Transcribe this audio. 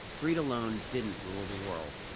greed alone didn't rule the world.